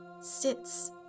sits